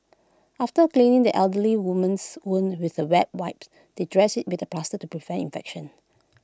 after cleaning the elderly woman's wound with the wet wipes they dressed IT with A plaster to prevent infection